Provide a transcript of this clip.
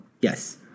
Yes